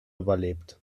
überlebt